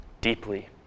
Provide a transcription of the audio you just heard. deeply